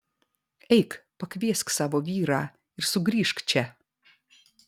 eik pakviesk savo vyrą ir sugrįžk čia